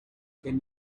can